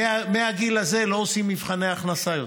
מהגיל הזה לא עושים מבחני הכנסה יותר.